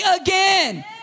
again